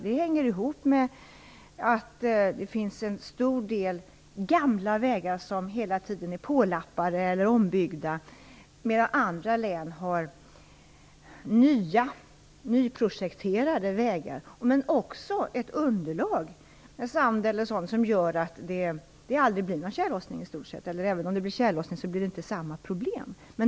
Det hänger ihop med att det hela tiden finns en stor del gamla vägar som är pålappade eller ombyggda, medan andra län har nyprojekterade vägar men också ett underlag - sand eller sådant - som gör att det i stort sett aldrig blir tjällossning eller att tjällossningen inte medför samma problem.